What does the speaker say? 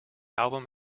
album